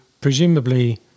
presumably